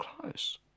close